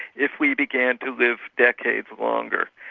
if we began to live decades longer.